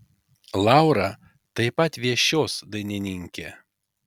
laura taip pat viešios dainininkė